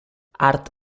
art